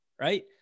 right